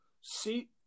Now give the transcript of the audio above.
See